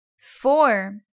Four